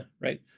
right